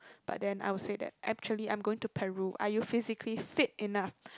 but then I would say that actually I'm going Peru are you physically fit enough